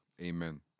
amen